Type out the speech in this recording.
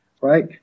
right